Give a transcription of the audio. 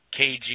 KG